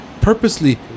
Purposely